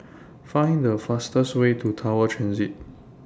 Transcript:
Find The fastest Way to Tower Transit